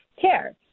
CARE